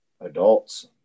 adults